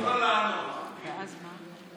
חשוב שהציבור ידע, תנו לו לענות.